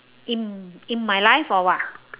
in in my life or what